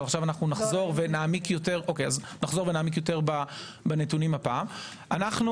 ועכשיו נחזור ונעמיק יותר בנתונים אנו